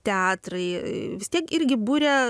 teatrai vis tiek irgi buria